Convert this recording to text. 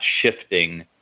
shifting